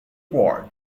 board